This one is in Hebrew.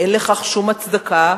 אין לכך שום הצדקה.